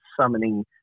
summoning